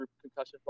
concussion